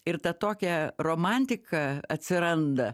ir ta tokia romantika atsiranda